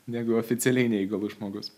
negu oficialiai neįgalus žmogus